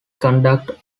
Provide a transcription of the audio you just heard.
conduct